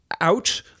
Out